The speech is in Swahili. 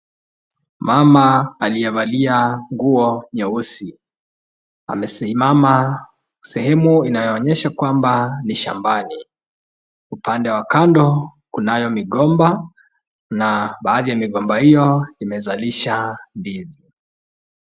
Mama aliyevalia nguo nyeusi. Aamesimama sehemu inayoonyesha kwamba ni shambani. Upande wa kando kunayo migomba, na baadhi ya migomba hiyo imezalisha ndizi.